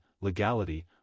legality